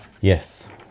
Yes